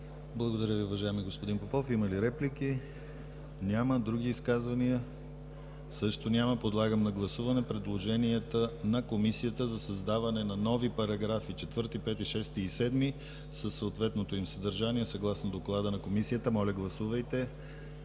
Благодаря Ви, уважаеми господин Попов. Има ли реплики? Няма. Други изказвания? Също няма. Подлагам на гласуване предложенията на Комисията за създаване на нови параграфи 4, 5, 6 и 7 със съответното им съдържание, съгласно Доклада на Комисията. Моля, гласувайте